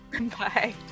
Bye